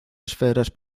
esferas